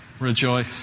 rejoice